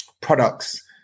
products